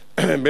בין היתר,